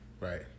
Right